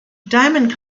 diamond